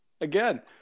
Again –